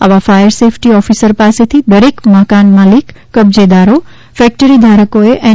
આવા fire safety officer પાસેથી દરેક મકાન માલિક કબજેદારો ફેકટરી ધારકોએ એન